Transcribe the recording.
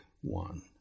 one